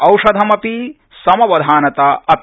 औषधं अपि समवधानता अपि